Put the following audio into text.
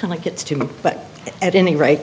then it gets to me but at any rate